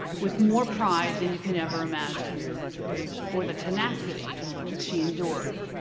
with more pride than you can ever imagine for the tenacity that she endured.